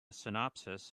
synopsis